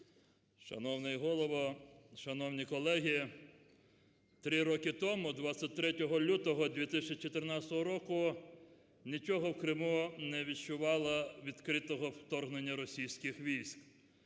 Шановний Голово! Шановні колеги! Три роки тому 23 лютого 2014 року нічого в Криму не відчувало відкритого вторгнення російських військ.